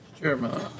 Chairman